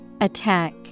Attack